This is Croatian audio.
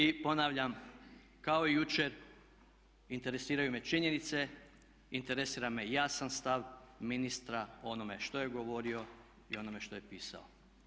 I ponavljam kao i jučer interesiraju me činjenice, interesira me jasan stav ministra o onome što je govorio i o onome što je pisao.